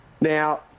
Now